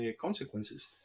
consequences